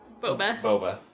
Boba